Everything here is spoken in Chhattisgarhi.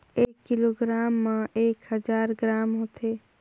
एक किलोग्राम म एक हजार ग्राम होथे